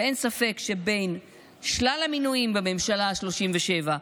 אין ספק שבין שלל המינויים בממשלה השלושים-ושבע,